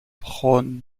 brown